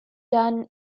done